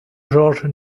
georges